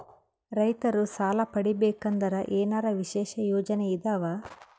ರೈತರು ಸಾಲ ಪಡಿಬೇಕಂದರ ಏನರ ವಿಶೇಷ ಯೋಜನೆ ಇದಾವ?